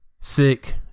sick